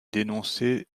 dénoncé